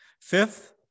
Fifth